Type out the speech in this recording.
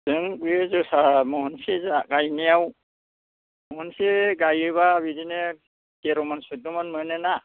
बे जोसा महनसे गायनायाव महनसे गायोब्ला बिदिनो थेर'मन सुइद'मन मोनोना